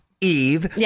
Eve